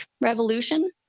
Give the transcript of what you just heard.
Revolution